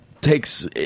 takes